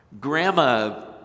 Grandma